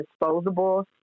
disposable